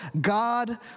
God